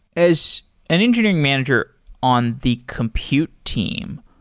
as an engineering manager on the compute team,